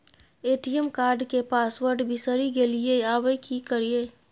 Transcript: ATM card के password बिसरि गेलियै आबय की करियै?